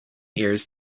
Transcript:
years